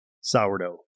Sourdough